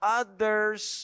others